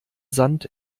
sand